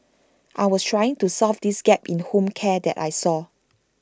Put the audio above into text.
I was trying to solve this gap in home care that I saw